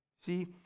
See